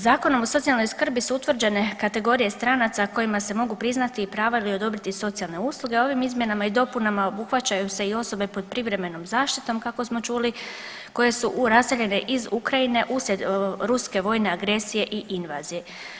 Zakonom o socijalnoj skrbi su utvrđene kategorije stranaca kojima se mogu priznati prava ili odobriti socijalne usluge, a ovim izmjenama i dopunama obuhvaćaju se i osobe pod privremenom zaštitom kako smo čuli koje su raseljene iz Ukrajine uslijed ruske vojne agresije i invazije.